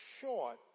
short